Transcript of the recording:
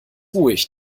ruhig